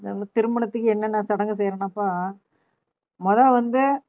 நாங்கள் திருமணத்துக்கு என்னென்ன சடங்கு செய்கிறோம்னாப்பா முதல் வந்து